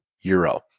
euro